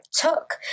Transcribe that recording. took